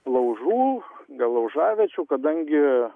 laužų dėl laužaviečių kadangi